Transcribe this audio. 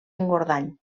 engordany